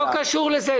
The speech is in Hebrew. לא קשור לזה.